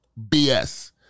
BS